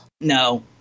no